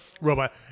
robot